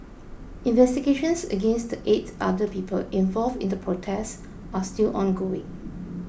investigations against the eight other people involved in the protest are still ongoing